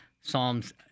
Psalms